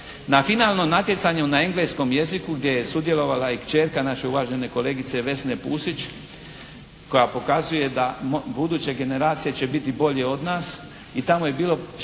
Na finalnom natjecanju na engleskom jeziku gdje je sudjelovala i kćerka naše uvažene kolegice Vesne Pusić koja pokazuje da buduće generacije će biti bolje od nas i tamo je bilo 8